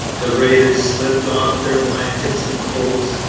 the raiders slipped off their blankets and coats,